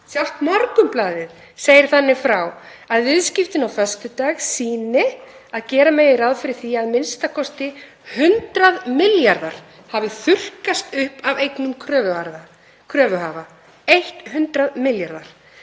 sjálft Morgunblaðið, segir þannig frá að viðskiptin á föstudag sýni að gera megi ráð fyrir því að a.m.k. 100 milljarðar hafi þurrkast upp af eignum kröfuhafa, 100 milljarðar.